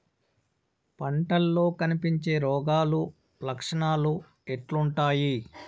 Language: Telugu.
పంటల్లో కనిపించే రోగాలు లక్షణాలు ఎట్లుంటాయి?